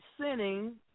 sinning